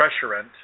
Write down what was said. pressurant